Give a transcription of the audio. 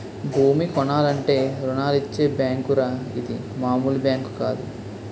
భూమి కొనాలంటే రుణాలిచ్చే బేంకురా ఇది మాములు బేంకు కాదు